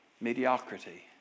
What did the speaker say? mediocrity